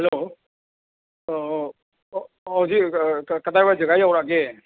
hello ꯑꯣ ꯑꯣ ꯍꯧꯖꯤꯛ ꯀꯗꯥꯏꯋꯥꯏ ꯖꯒꯥ ꯌꯧꯔꯛꯑꯒꯦ